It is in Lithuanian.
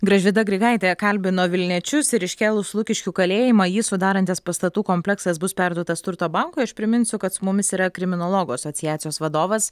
gražvyda grigaitė kalbino vilniečius ir iškėlus lukiškių kalėjimą jį sudarantis pastatų kompleksas bus perduotas turto bankui aš priminsiu kad su mumis yra kriminologų asociacijos vadovas